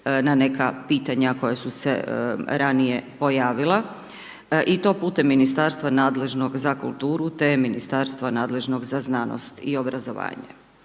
na neka pitanja koja su se ranije pojavila i to putem ministarstva nadležnog za kulturu te ministarstva nadležnog za znanost i obrazovanje.